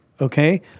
okay